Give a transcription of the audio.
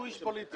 שהוא איש פוליטי.